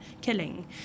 killing